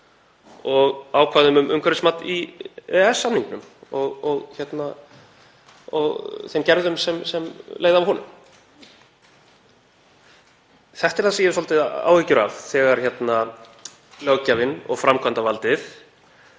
og ákvæðum um umhverfismat í EES-samningnum og þeim gerðum sem leiða af honum. Þetta er það sem ég hef svolítið áhyggjur af þegar löggjafinn og framkvæmdarvaldið